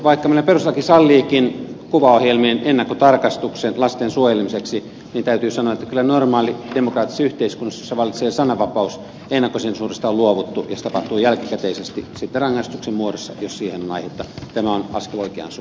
vaikka meillä perustuslaki salliikin kuvaohjelmien ennakkotarkastuksen lasten suojelemiseksi niin täytyy sanoa että kyllä normaalissa demokraattisessa yhteiskunnassa jossa vallitsee sananva paus ennakkosensuurista on luovuttu ja valvonta tapahtuu jälkikäteisesti sitten rangaistuksen muodossa kysyä vaikka tämä on askel oikeaan se